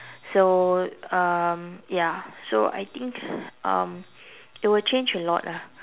so um ya so I think um it will change a lot lah